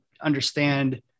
understand